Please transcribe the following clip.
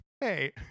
hey